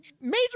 major